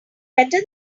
better